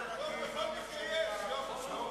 נא להצביע בקריאה שלישית.